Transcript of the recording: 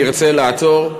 נרצה לעצור,